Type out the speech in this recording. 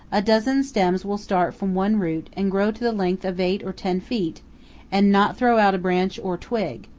a dozen stems will start from one root and grow to the length of eight or ten feet and not throw out a branch or twig,